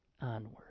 onward